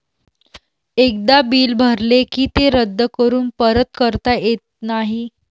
एकदा बिल भरले की ते रद्द करून परत करता येत नाही